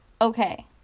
Okay